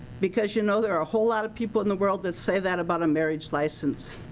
because you know they're are a whole lot of people in the world that say that about a marriage license.